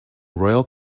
royal